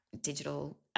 digital